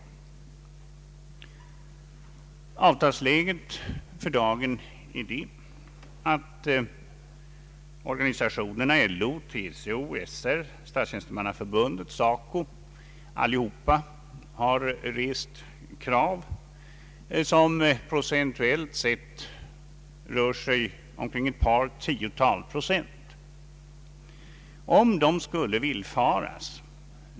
Avtalsläget för dagen är att organisationerna — LO, TCO, SR, SACO — har rest krav som rör sig kring ett par tiotal procent.